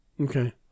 Okay